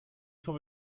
komme